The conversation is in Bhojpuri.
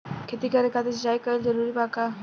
खेती करे खातिर सिंचाई कइल जरूरी बा का?